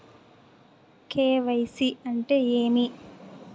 KYC అంటే ఏమి?